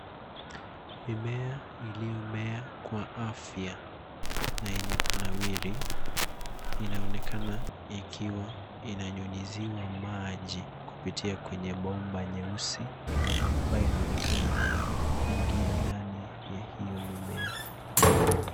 Mimea iliyomea kwa afya na yenye kunawiri, inaonekana yakiwa inanyunyiziwa maji kupitia kwenye bomba nyeusi ambayo inaonekana kuingia ndani ya hio mimea.